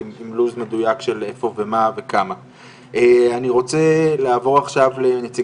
זה נושאים שבאמת צריך להתמודד איתם וגם אני מדבר על כל אדם